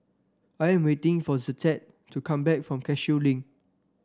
I am waiting for Zettie to come back from Cashew Link